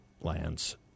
lands